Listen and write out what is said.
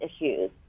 issues